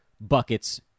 buckets